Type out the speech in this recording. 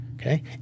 Okay